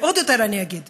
אני אגיד